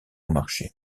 marché